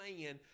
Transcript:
man